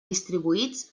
distribuïts